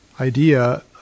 idea